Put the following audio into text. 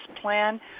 plan